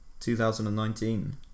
2019